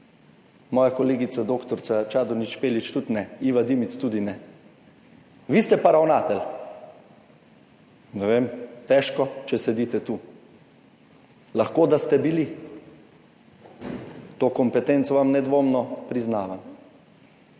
moja kolegica dr. Čadonič Špelič tudi ne, Iva Dimic tudi ne. Vi ste pa ravnatelj. Ne vem, težko, če sedite tu. Lahko da ste bili, to kompetenco vam nedvomno priznavam.